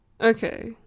Okay